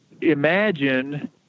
imagine